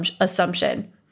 assumption